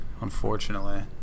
unfortunately